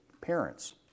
parents